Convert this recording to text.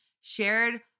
shared